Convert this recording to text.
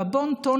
והבון-טון,